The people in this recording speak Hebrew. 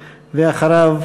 ואחריו,